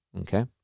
Okay